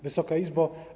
Wysoka Izbo!